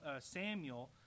Samuel